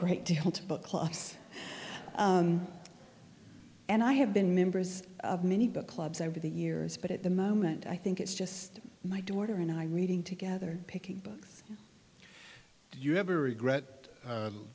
great deal to book clubs and i have been members of many book clubs over the years but at the moment i think it's just my daughter and i reading together picking books do you ever regret